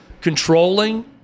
controlling